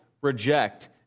reject